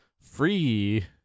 Free